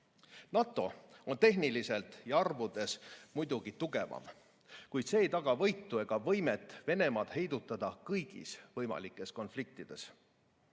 NATO on tehniliselt ja arvudes muidugi tugevam, kuid see ei taga võitu ega võimet Venemaad heidutada kõigis võimalikes konfliktides. Seega,